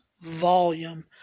volume